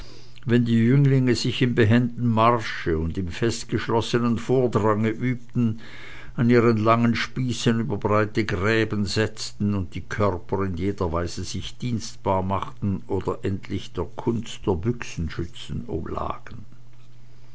wenn die jünglinge sich im behenden marsche und im festgeschlossenen vordrange übten an ihren langen spießen über breite gräben setzten und die körper in jeder weise sich dienstbar machten oder endlich der kunst der büchsenschützen oblagen